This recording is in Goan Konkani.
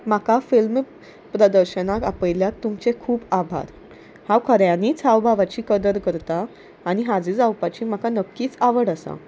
म्हाका फिल्म प्रदर्शनाक आपयल्यात तुमचे खूब आभार हांव खऱ्यांनीच हाव भावाची कदर करतां आनी हाजीर जावपाची म्हाका नक्कीच आवड आसा